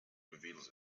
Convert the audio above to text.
reveals